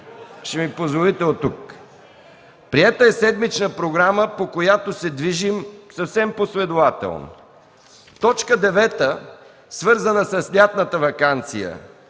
Ще ми позволите оттук. Приета е седмична програма, по която се движим съвсем последователно. (Показва я.) Точка 9, свързана с лятната ваканция,